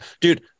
dude